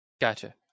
Gotcha